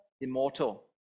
immortal